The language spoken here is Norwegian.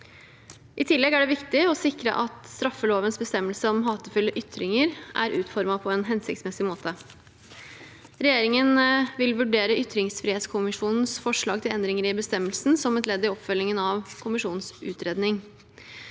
I tillegg er det viktig å sikre at straffelovens bestemmelse om hatefulle ytringer er utformet på en hensiktsmessig måte. Regjeringen vil vurdere ytringsfrihetskommisjonens forslag til endringer i bestemmelsen som et ledd i oppfølgingen av kommisjonens utredning.